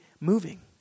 moving